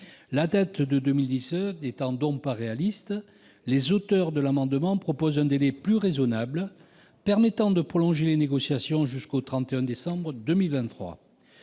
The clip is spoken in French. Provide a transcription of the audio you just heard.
La date de 2019 n'étant donc pas réaliste, nous proposons un délai plus raisonnable, permettant de prolonger les négociations jusqu'au 31 décembre 2023.